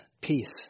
peace